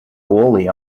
goalie